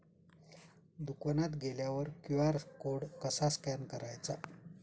दुकानात गेल्यावर QR code कसा स्कॅन करायचा?